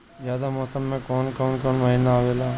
जायद मौसम में कौन कउन कउन महीना आवेला?